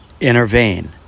Intervene